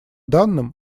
данным